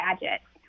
gadgets